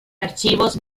archivos